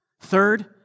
Third